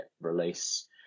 release